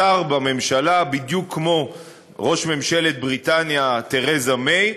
שר בממשלה, בדיוק כמו ראש ממשלת בריטניה תרזה מיי,